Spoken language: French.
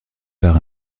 par